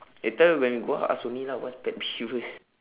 later when we go out ask only lah what's pet peevers